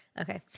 Okay